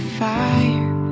fire